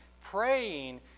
praying